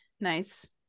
nice